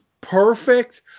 perfect